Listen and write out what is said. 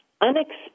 unexpected